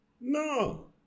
No